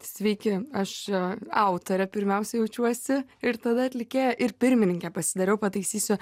sveiki aš autorė pirmiausia jaučiuosi ir tada atlikėja ir pirmininke pasidariau pataisysiu